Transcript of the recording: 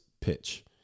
pitch